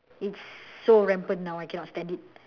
it's so rampant now I cannot stand it